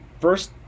first